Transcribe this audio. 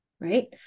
right